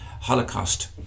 Holocaust